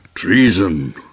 Treason